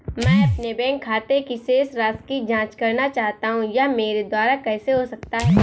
मैं अपने बैंक खाते की शेष राशि की जाँच करना चाहता हूँ यह मेरे द्वारा कैसे हो सकता है?